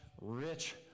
rich